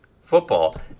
football